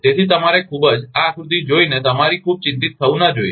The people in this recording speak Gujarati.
તેથી તમારે ખૂબ જ આ આકૃતિને જોઈને તમારે ખૂબ ચિંતિત ન હોવું જોઈએ